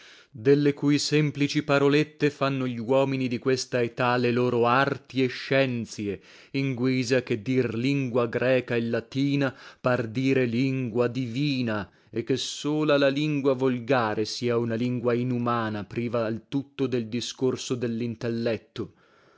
delle cui semplici parolette fanno gluomini di questa età le loro arti e scienzie in guisa che dir lingua greca e latina par dire lingua divina e che sola la lingua volgare sia una lingua inumana priva al tutto del discorso dellintelletto